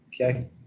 Okay